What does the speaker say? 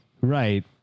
Right